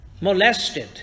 molested